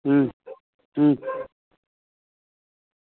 अं अं